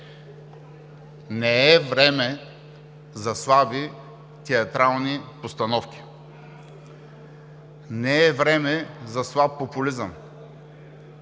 не е време за слаби театрални постановки, не е време за слаб популизъм,